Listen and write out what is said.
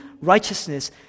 righteousness